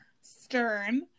stern